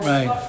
Right